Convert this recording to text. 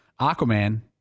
Aquaman